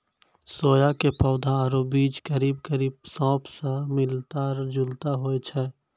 सोया के पौधा आरो बीज करीब करीब सौंफ स मिलता जुलता होय छै